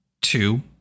two